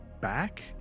back